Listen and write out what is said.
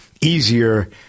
easier